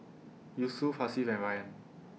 Yusuf Hasif and Ryan